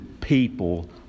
people